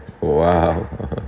Wow